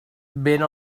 vent